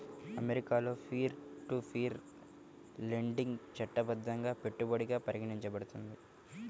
అమెరికాలో peer to peer lending చట్టబద్ధంగా పెట్టుబడిగా పరిగణించబడుతుంది